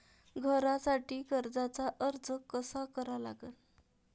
घरासाठी कर्जाचा अर्ज कसा करा लागन?